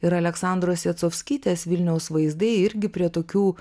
ir aleksandros jacovskytės vilniaus vaizdai irgi prie tokių